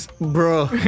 Bro